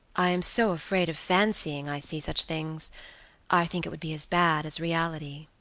i am so afraid of fancying i see such things i think it would be as bad as reality.